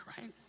right